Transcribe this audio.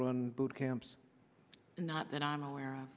run boot camps not that i'm aware